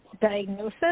diagnosis